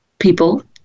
people